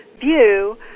view